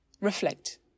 reflect